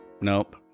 Nope